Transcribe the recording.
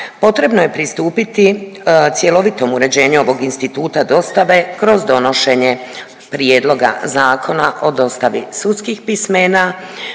potrebno je pristupiti cjelovitom uređenju ovog instituta dostave kroz donošenje prijedloga zakona o dostavi sudskih pismena